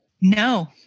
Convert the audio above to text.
No